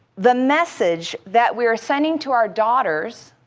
the message that we're sending to our daughters